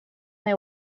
they